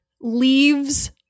Leaves